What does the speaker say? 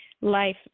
life